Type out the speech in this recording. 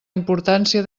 importància